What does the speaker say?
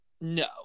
no